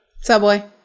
Subway